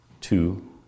Two